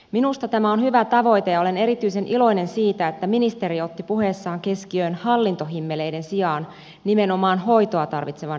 minusta tämä on hyvä tavoite ja olen erityisen iloinen siitä että ministeri otti puheessaan keskiöön hallintohimmeleiden sijaan nimenomaan hoitoa tarvitsevan ihmisen